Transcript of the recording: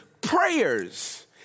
prayers